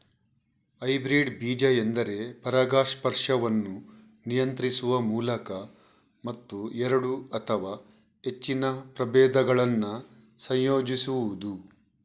hybrid ಬೀಜ ಎಂದರೆ ಪರಾಗಸ್ಪರ್ಶವನ್ನು ನಿಯಂತ್ರಿಸುವ ಮೂಲಕ ಮತ್ತು ಎರಡು ಅಥವಾ ಹೆಚ್ಚಿನ ಪ್ರಭೇದಗಳನ್ನ ಸಂಯೋಜಿಸುದು